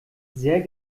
sehr